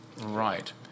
Right